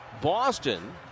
Boston